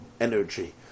energy